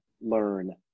learn